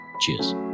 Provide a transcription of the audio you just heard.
Cheers